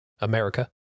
America